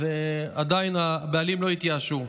אז עדיין הבעלים לא התייאשו.